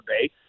bay